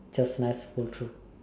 just nice pull through